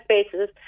spaces